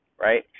right